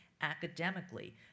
academically